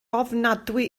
ofnadwy